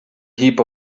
heap